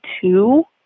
two